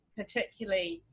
particularly